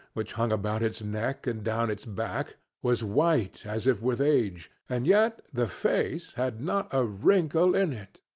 which hung about its neck and down its back, was white as if with age and yet the face had not a wrinkle in it,